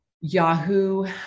Yahoo